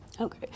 Okay